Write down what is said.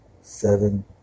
seven